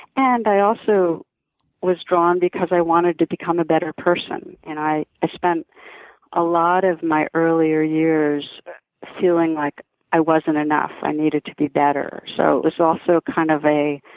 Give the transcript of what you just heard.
and i also was drawn because i wanted to become a better person and i i spent a lot of my earlier years feeling like i wasn't enough i needed to be better. so it was also kind of a